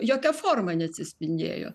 jokia forma neatsispindėjo